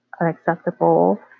unacceptable